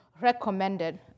recommended